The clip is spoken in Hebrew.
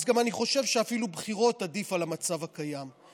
אז גם אני חושב שאפילו בחירות עדיפות על המצב הקיים.